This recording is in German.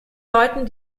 leuten